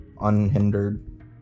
unhindered